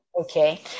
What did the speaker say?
Okay